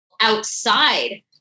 Outside